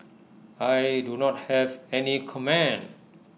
I do not have any comment